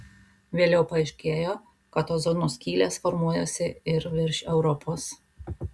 vėliau paaiškėjo kad ozono skylės formuojasi ir virš europos